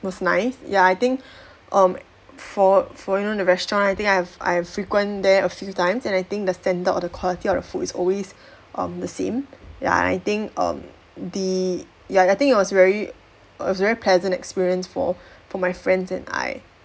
was nice ya I think um for for you know the restaurant I think I've I've frequent there a few times and I think the standard or the quality of the food is always um the same ya and I think um the ya I think it was very it was very pleasant experience for for my friends and I